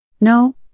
No